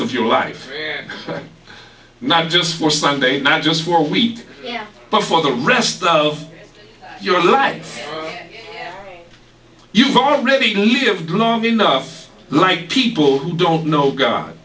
of your life not just for sunday not just for a week but for the rest of your life you've already lived long enough like people who don't know god